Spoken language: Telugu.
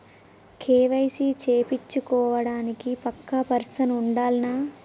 కే.వై.సీ చేపిచ్చుకోవడానికి పక్కా పర్సన్ ఉండాల్నా?